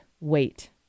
Wait